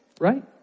right